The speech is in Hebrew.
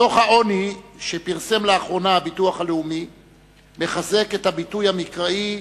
דוח העוני שפרסם לאחרונה הביטוח הלאומי מחזק את הביטוי המקראי